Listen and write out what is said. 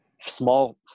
Small